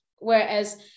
Whereas